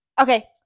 Okay